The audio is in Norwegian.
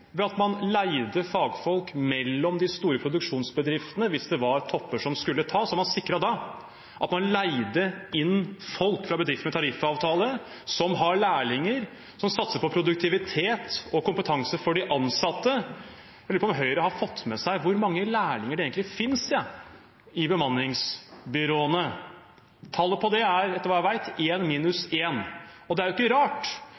ved at man leide fagfolk mellom de store produksjonsbedriftene hvis det var topper som skulle tas. Man sikret da at man leide inn folk fra bedrifter med tariffavtale, som har lærlinger, som satser på produktivitet og kompetanse for de ansatte. Jeg lurer på om Høyre har fått med seg hvor mange lærlinger det egentlig finnes i bemanningsbyråene. Tallet på det er – etter hva jeg vet – 1 minus 1. Det er ikke rart,